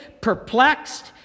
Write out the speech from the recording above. perplexed